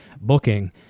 booking